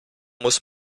muss